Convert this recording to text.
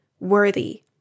worthy